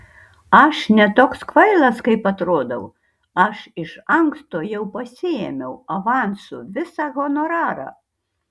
aš ne toks kvailas kaip atrodau aš iš anksto jau pasiėmiau avansu visą honorarą